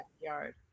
backyard